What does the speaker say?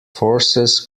forces